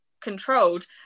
controlled